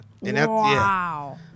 Wow